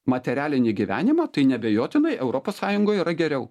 materialinį gyvenimą tai neabejotinai europos sąjungoj yra geriau